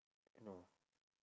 no